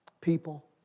people